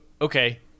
Okay